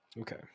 okay